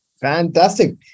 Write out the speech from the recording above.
Fantastic